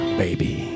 baby